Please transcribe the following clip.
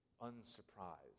unsurprised